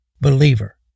believer